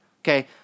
Okay